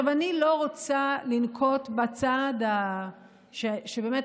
אני לא רוצה לנקוט את הצעד שאני באמת